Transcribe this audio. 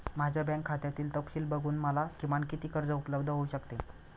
माझ्या बँक खात्यातील तपशील बघून मला किमान किती कर्ज उपलब्ध होऊ शकते?